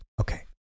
Okay